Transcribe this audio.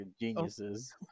geniuses